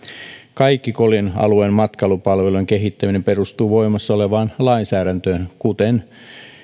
kaikki kolin alueen matkailupalvelujen kehittäminen perustuu voimassa olevaan lainsäädäntöön kuten